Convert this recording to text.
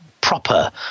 proper